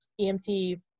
EMT